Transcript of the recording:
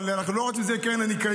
אבל אנחנו לא רוצים שזה יהיה קרן הניקיון.